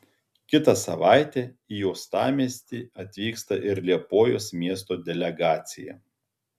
kitą savaitę į uostamiestį atvyksta ir liepojos miesto delegacija